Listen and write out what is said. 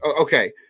Okay